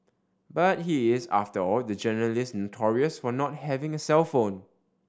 but he is after all the journalist notorious for not having a cellphone